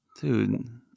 Dude